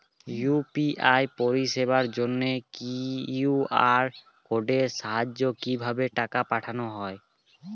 UPI পরিষেবার জন্য QR কোডের সাহায্যে কিভাবে টাকা পাঠানো হয়?